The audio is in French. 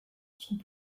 sont